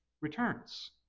returns